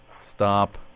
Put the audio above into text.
Stop